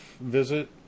visit